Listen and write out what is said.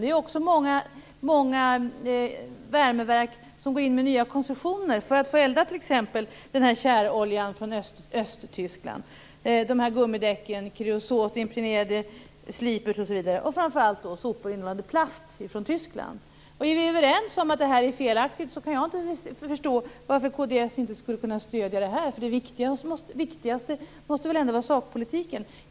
Det är också många värmeverk som går in med nya koncessioner för att t.ex. få elda den här tjäroljan från östra Tyskland, de här gummidäcken, de kreosotimpregnerade sliprarna osv. - och framför allt då sopor innehållande plast från Tyskland. Är vi överens om att detta är felaktigt så kan jag inte förstå varför kd inte skulle kunna stödja det här. Det viktigaste måste väl ändå vara sakpolitiken?